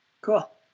Cool